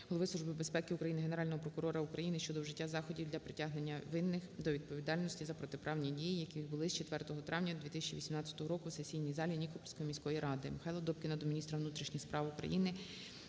Голови Служби безпеки України, Генерального прокурора України щодо вжиття заходів для притягнення винних до відповідальності за протиправні дії, які відбулись 4 травня 2018 року у сесійній залі Нікопольської міської ради. МихайлаДобкіна до міністра внутрішніх справ України,